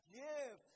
give